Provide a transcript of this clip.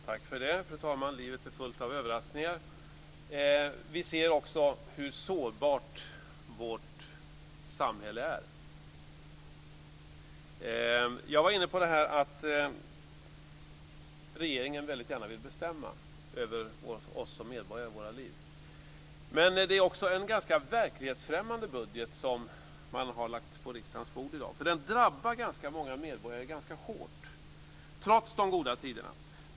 Fru talman! Tack för det; livet är fullt av överraskningar. Vi ser hur sårbart vårt samhälle är. Jag var nyss inne på detta med att regeringen väldigt gärna vill bestämma över oss som medborgare och över våra liv. Det är en ganska verklighetsfrämmande budget som lagts på riksdagens bord i dag. Den drabbar ganska många medborgare ganska hårt, trots de goda tiderna.